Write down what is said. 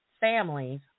families